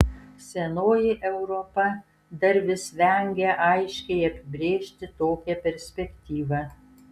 senoji europa dar vis vengia aiškiai apibrėžti tokią perspektyvą